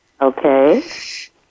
Okay